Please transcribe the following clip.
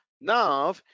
Now